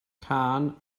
cân